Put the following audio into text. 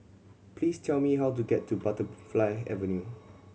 please tell me how to get to Butterfly Avenue